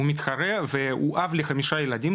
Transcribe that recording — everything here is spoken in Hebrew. הוא מתחרה, הוא אב לחמישה ילדים,